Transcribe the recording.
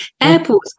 airports